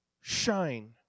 Shine